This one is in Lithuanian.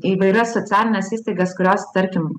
įvairias socialines įstaigas kurios tarkim